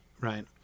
right